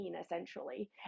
essentially